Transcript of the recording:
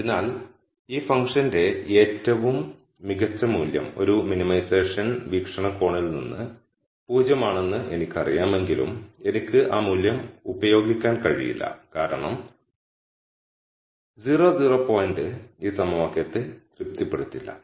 അതിനാൽ ഈ ഫംഗ്ഷന്റെ ഏറ്റവും മികച്ച മൂല്യം ഒരു മിനിമൈസേഷൻ വീക്ഷണകോണിൽ നിന്ന് 0 ആണെന്ന് എനിക്കറിയാമെങ്കിലും എനിക്ക് ആ മൂല്യം ഉപയോഗിക്കാൻ കഴിയില്ല കാരണം പോയിന്റ് ഈ സമവാക്യത്തെ തൃപ്തിപ്പെടുത്തില്ല